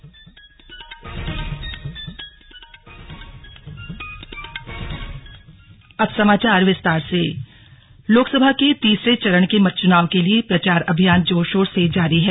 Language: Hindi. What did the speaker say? स्लग लोकसभा चुनाव लोकसभा के तीसरे चरण के चुनाव के लिए प्रचार अभियान जोर शोर से जारी हैं